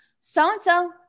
so-and-so